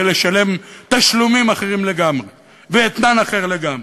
לשלם תשלומים אחרים לגמרי ואתנן אחר לגמרי.